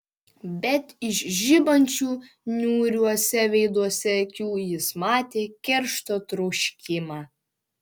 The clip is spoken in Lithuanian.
bet iš žibančių niūriuose veiduose akių jis matė keršto troškimą